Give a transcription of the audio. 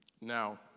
Now